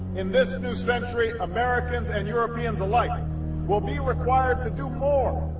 in this new century, americans and europeans alike will be required to do more,